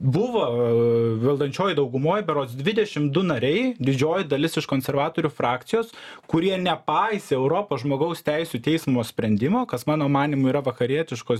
buvo valdančiojoj daugumoj berods dvidešim du nariai didžioji dalis iš konservatorių frakcijos kurie nepaisė europos žmogaus teisių teismo sprendimo kas mano manymu yra vakarietiškos